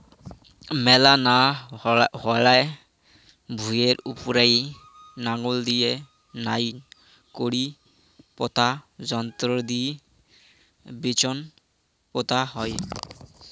মেলা না হালেয়া ভুঁইয়ের উপুরা নাঙল দিয়া নাইন করি পোতা যন্ত্রর দি বিচোন পোতাং হই